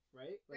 right